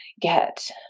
Get